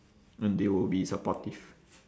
mm they will be supportive